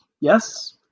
yes